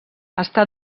està